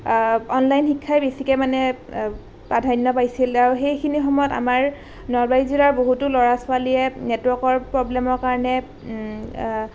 online শিক্ষাই বেছিকে মানে প্ৰাধান্য পাইছিল আৰু সেইখিনি সময় আমাৰ নলবাৰী জিলাৰ বহুতো ল'ৰা ছোৱালীয়ে নেটৱৰ্কৰ প্ৰব্লেমৰ কাৰণে